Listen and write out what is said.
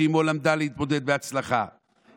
שעימו למדה להתמודד בהצלחה,